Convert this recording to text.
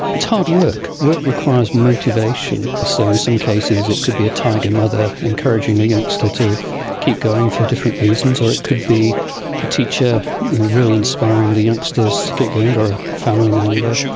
it's hard work. work requires motivation, so in some cases it could be a tiger mother encouraging a youngster to keep going for different reasons, or it could be a teacher really inspiring the youngsters to get going or a family member,